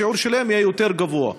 השיעור שלהם יהיה יותר גבוה.